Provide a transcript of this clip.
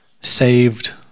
saved